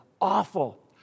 awful